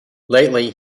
lately